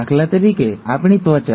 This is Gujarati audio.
દાખલા તરીકે આપણી ત્વચા